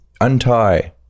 untie